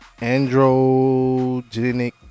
androgenic